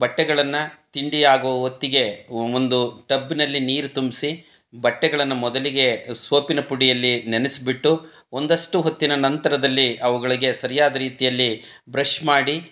ಬಟ್ಟೆಗಳನ್ನು ತಿಂಡಿ ಆಗೋ ಹೊತ್ತಿಗೆ ಒ ಒಂದು ಟಬ್ನಲ್ಲಿ ನೀರು ತುಂಬಿಸಿ ಬಟ್ಟೆಗಳನ್ನು ಮೊದಲಿಗೆ ಸೋಪಿನ ಪುಡಿಯಲ್ಲಿ ನೆನೆಸಿ ಬಿಟ್ಟು ಒಂದಷ್ಟು ಹೊತ್ತಿನ ನಂತರದಲ್ಲಿ ಅವುಗಳಿಗೆ ಸರಿಯಾದ ರೀತಿಯಲ್ಲಿ ಬ್ರಷ್ ಮಾಡಿ